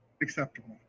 acceptable